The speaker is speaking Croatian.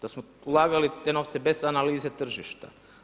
Da smo ulagali te novce bez analize tržišta?